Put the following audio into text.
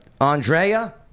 Andrea